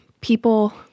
people